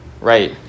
Right